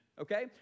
okay